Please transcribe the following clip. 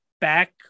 back